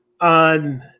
on